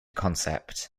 concept